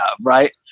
right